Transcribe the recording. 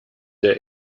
der